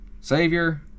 Savior